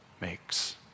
makes